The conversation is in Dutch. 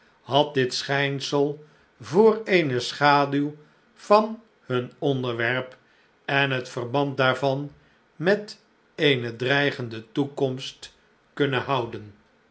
had dit schijnsel voor eene schaduw van hun onderwerp en net verband daarvan met eene dreigende toekomst kunnen houden